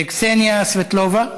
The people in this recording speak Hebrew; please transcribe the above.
קסניה סבטלובה,